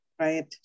Right